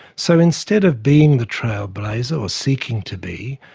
so instead of being the trailblazer or seeking to be,